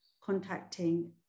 contacting